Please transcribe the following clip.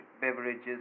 beverages